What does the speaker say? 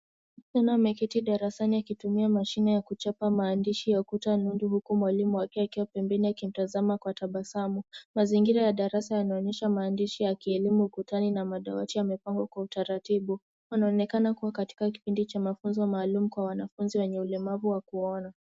Msichana ameketi darasani akitumia mashini ya kuchapa maandishi ya ukuta . Huku mwalimu wake akiwa pembeni akimtazama kwa tabasamu. Mazingira ya darasa yanaonyesha maandishi ya kielimu ukutani na madawati yamepangwa kwa utaratibu . Anaonekana kuwa katika kipindi cha mafunzo maalum kwa wanafunzi wenye ulemavu wa kuona.